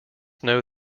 know